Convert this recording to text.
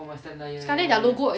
sekali their logo